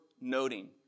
noting